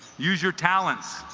use your talents